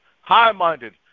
high-minded